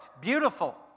Beautiful